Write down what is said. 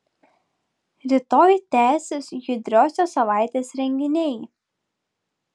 rytoj tęsis judriosios savaitės renginiai